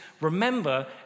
remember